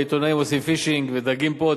ועיתונאים עושים "פישינג" ודגים פה,